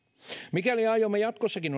mikäli aiomme jatkossakin